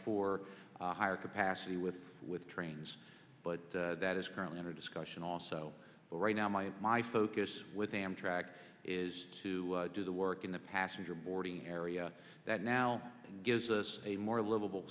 for hire capacity with with trains but that is currently under discussion also but right now my my focus with amtrak is to do the work in the passenger boarding area that now gives us a more livable